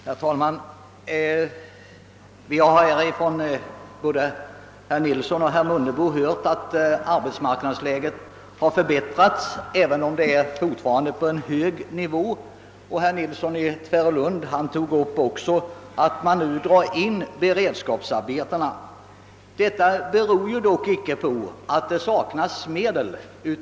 Herr talman! Vi har här fått höra både av herr Nilsson i Tvärålund och herr Mundebo att arbetsmarknadsläget har förbättrats, även om arbetslösheten fortfarande befinner sig på en hög nivå. Herr Nilsson tog också upp det förhållandet att man nu drar in på beredskapsarbeten. Detta beror dock icke på att medel saknas.